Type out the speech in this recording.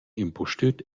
impustüt